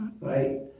right